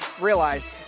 realize